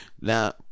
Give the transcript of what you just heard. Now